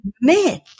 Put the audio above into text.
myth